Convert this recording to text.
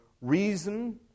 reason